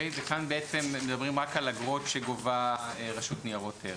כאן בעצם מדברים רק על אגרות שגובה רשות ניירות ערך.